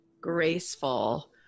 graceful